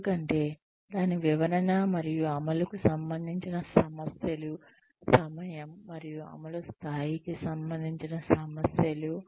ఎందుకంటే దాని వివరణ మరియు అమలుకు సంబంధించిన సమస్యలు సమయం మరియు అమలు స్థాయికి సంబంధించిన సమస్యలు